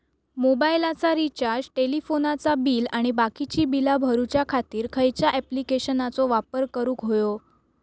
मोबाईलाचा रिचार्ज टेलिफोनाचा बिल आणि बाकीची बिला भरूच्या खातीर खयच्या ॲप्लिकेशनाचो वापर करूक होयो?